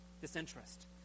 Disinterest